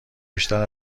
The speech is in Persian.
بیشتر